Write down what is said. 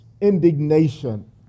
indignation